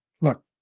look